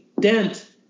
Dent